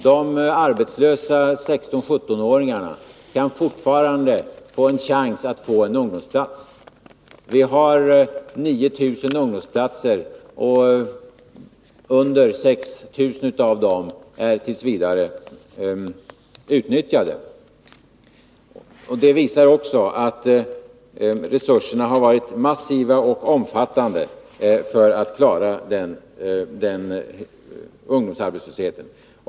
De arbetslösa 16-17-åringarna har fortfarande en chans att få en ungdomsplats. Vi har 9 000 ungdomsplatser, och mindre än 6 000 av dem är t. v. utnyttjade. Det visar också att resurserna för att klara ungdomsarbetslösheten har varit massiva och omfattande.